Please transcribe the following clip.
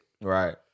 Right